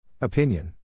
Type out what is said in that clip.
Opinion